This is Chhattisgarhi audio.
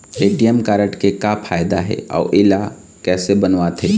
ए.टी.एम कारड के का फायदा हे अऊ इला कैसे बनवाथे?